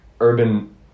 urban